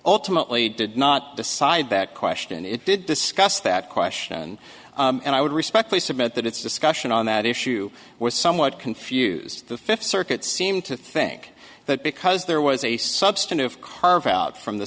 ultimately did not decide that question and it did discuss that question and i would respectfully submit that it's discussion on that issue was somewhat confused the fifth circuit seem to think that because there was a substantive carve out from the